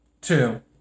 Two